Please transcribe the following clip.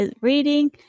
reading